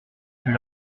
plus